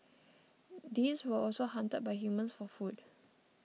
these were also hunted by humans for food